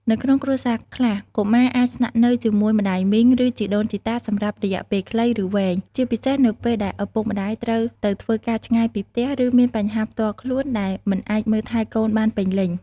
នៅក្នុងគ្រួសារខ្លះ កុមារអាចស្នាក់នៅជាមួយម្ដាយមីង ឬជីដូនជីតាសម្រាប់រយៈពេលខ្លី ឬវែង ជាពិសេសនៅពេលដែលឪពុកម្ដាយត្រូវទៅធ្វើការឆ្ងាយពីផ្ទះ ឬមានបញ្ហាផ្ទាល់ខ្លួនដែលមិនអាចមើលថែកូនបានពេញលេញ។